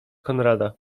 konrada